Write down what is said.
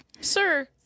Sir